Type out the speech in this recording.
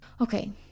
Okay